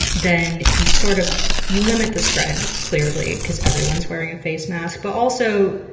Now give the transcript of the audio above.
then you sort of you limit the spread, clearly, because everyone's wearing a face mask. but also,